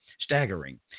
staggering